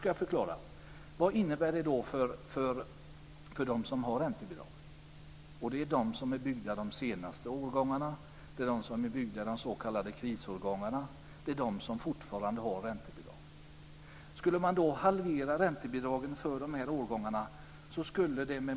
Jag ska förklara vad det innebär för dem som har räntebidrag. Det gäller de senaste årgångarna. Det gäller de s.k. krisårgångarna. Det är de som fortfarande har räntebidrag. Man skulle halvera räntebidragen för dessa årgångar.